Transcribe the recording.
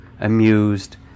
amused